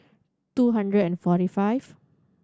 two hundred and forty five